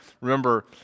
remember